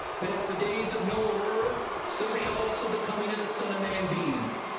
but as the days of noe ah were, so shall also the coming of the son of man be.